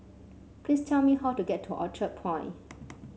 please tell me how to get to Orchard Point